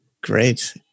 great